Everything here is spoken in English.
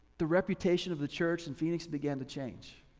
the reputation of the church in phoenix began to change.